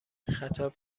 خطاب